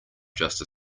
just